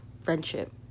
friendship